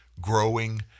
growing